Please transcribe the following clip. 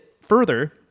further